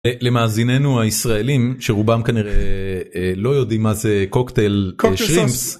למאזיננו הישראלים שרובם כנראה לא יודעים מה זה קוקטייל שרימפס.